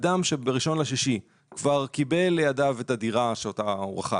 אדם שב-1.6 כבר קיבל לידיו את הדירה שאותה הוא רכש